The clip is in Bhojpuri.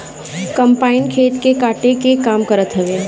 कम्पाईन खेत के काटे के काम करत हवे